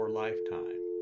lifetime